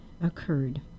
occurred